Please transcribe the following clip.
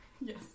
Yes